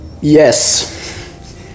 Yes